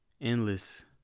endless